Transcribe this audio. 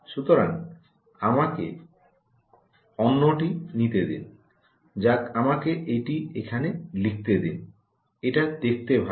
সুতরাং আমাকে অন্যটি নিতে দিন যাক আমাকে এটি এখানে লিখতে দিন এটা দেখতে ভাল